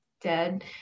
dead